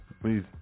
Please